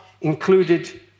included